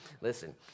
listen